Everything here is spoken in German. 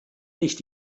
nicht